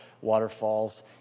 waterfalls